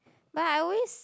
but I always